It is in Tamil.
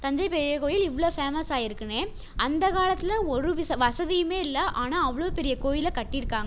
தஞ்சைப் பெரிய கோயில் இவ்வளவு ஃபேமஸ் ஆகிருக்குனே அந்தக் காலத்தில் ஒரு விச வசதியுமே இல்லை ஆனால் அவ்வளோ பெரிய கோயில் கட்டியிருக்காங்க